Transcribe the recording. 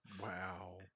Wow